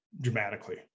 dramatically